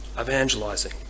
evangelizing